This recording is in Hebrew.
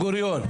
בן גוריון.